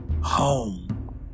home